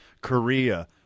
Korea